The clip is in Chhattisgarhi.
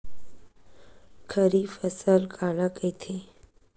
खरीफ फसल काला कहिथे?